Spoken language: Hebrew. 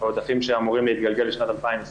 העודפים שאמורים להתגלגל לשנת 2020?